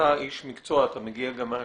אתה איש מקצוע, אתה מגיע גם מהשטח.